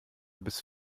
bis